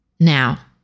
Now